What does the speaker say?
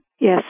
Yes